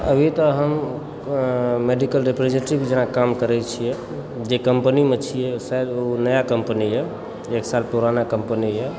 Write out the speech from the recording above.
अभी तऽ हम मेडिकल रिप्रजेण्टेटिव जेना काम करय छियै जे कम्पनीमे छियै ओ शायद ओ नया कम्पनी यऽ एक साल पुराना कम्पनी यऽ